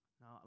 Now